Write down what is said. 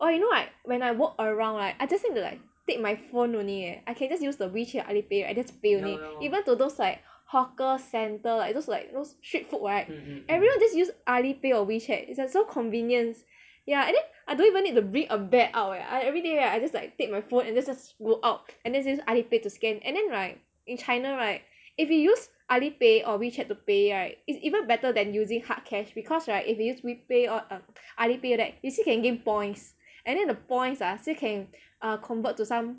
oh you know right when I walk around right I just need to like take my phone only leh I can just the WeChat Alipay right I just pay only even to those like hawker centre like those like those streeet food right everyone just use Alipay or Wechat is like so convience ya and then I don't even need to bring a bag out eh I everyday right I just like take my phone and then just go out and then just use Alipay to scan and then right in china right if you use Alipay or WeChat to pay right is even better than using hard cash because right if we use WePay err Alipay all that we still can gain points and then the points ah convert to some